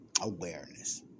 awareness